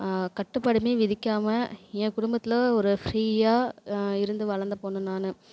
கட்டுப்பாடுமே விதிக்காமல் ஏ குடும்பத்தில் ஒரு ஃபிரீயாக இருந்து வளர்ந்த பொண்ணு நான்